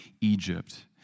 Egypt